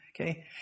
okay